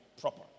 proper